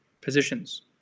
positions